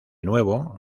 nuevo